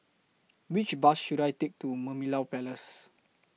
Which Bus should I Take to Merlimau Place